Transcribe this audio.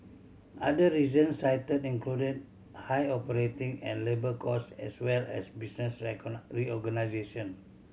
other reasons cited included high operating and labour cost as well as business reorganisation